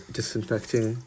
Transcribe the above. disinfecting